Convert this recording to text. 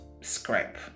scrap